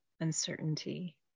uncertainty